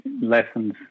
lessons